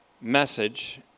message